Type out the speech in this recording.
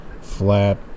flat